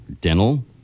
dental